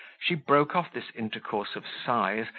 she broke off this intercourse of signs,